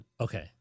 Okay